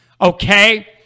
Okay